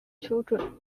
children